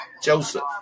Joseph